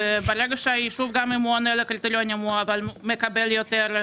גם אם היישוב עונה לקריטריונים והוא מקבל יותר,